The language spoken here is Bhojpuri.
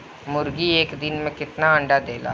मुर्गी एक दिन मे कितना अंडा देला?